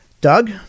Doug